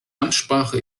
amtssprache